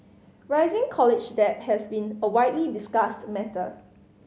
rising college debt has been a widely discussed matter